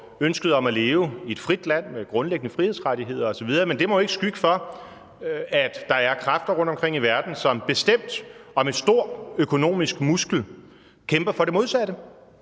ønsket om at leve i et frit land med grundlæggende frihedsrettigheder osv. Men det må jo ikke skygge for, at der er kræfter rundtomkring i verden, som bestemt og med stor økonomisk muskel kæmper for det modsatte.